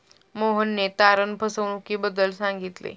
मोहनने तारण फसवणुकीबद्दल सांगितले